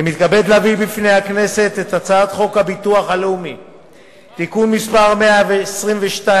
אני מתכבד להביא בפני הכנסת את הצעת חוק הביטוח הלאומי (תיקון מס' 122)